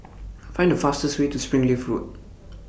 Find The fastest Way to Springleaf Road